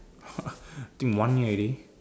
I think one year already